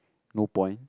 no point